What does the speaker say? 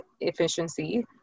efficiency